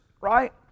right